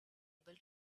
able